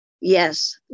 yes